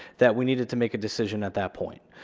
that we needed to make a decision at that point,